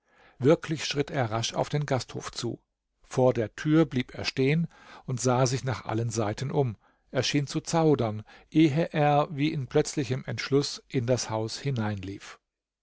wirklich schritt er rasch auf den gasthof zu vor der tür blieb er stehen und sah sich nach allen seiten um er schien zu zaudern ehe er wie in plötzlichem entschluß in das haus hineinlief